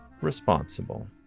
responsible